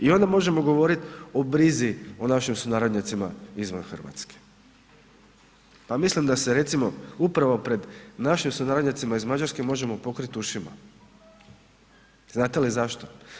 I onda možemo govorit o brizi o našim sunarodnjacima izvan RH, pa mislim da se recimo upravo pred našim sunarodnjacima iz Mađarske možemo pokrit ušima, znate li zašto?